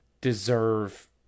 deserve